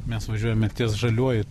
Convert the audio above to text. mes važiuojame ties žaliuoju